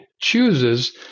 chooses